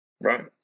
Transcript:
Right